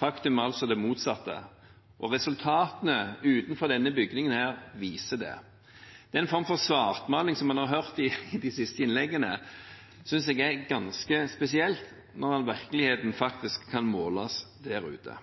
Faktum er altså det motsatte, og resultatene utenfor denne bygningen viser det. Den form for svartmaling som en har hørt i de siste innleggene, synes jeg er ganske spesielt, når virkeligheten faktisk kan måles der ute.